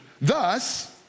Thus